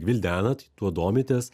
gvildenat tuo domitės